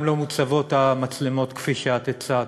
גם לא מוצבות המצלמות, כפי שאת הצעת.